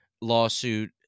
lawsuit